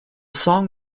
song